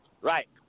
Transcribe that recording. Right